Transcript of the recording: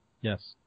Yes